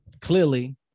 clearly